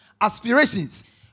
aspirations